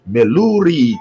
Meluri